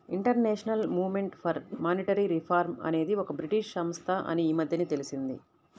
international movement for monetary reform అనేది ఒక British సంస్థ అని ఈ మధ్యనే తెలిసింది